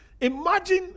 Imagine